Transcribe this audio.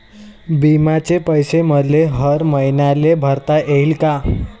बिम्याचे पैसे मले हर मईन्याले भरता येईन का?